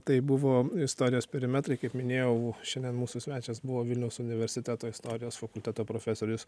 tai buvo istorijos perimetrai kaip minėjau šiandien mūsų svečias buvo vilniaus universiteto istorijos fakulteto profesorius